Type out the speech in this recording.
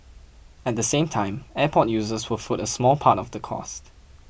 at the same time airport users will foot a small part of the cost